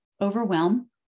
overwhelm